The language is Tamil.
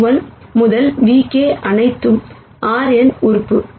எனவே ν₁ முதல் νk அனைத்தும் Rn இன் உறுப்பு